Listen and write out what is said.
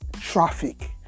traffic